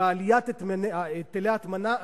ואני מברך על העלאת היטלי הטמנה.